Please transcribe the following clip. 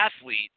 athlete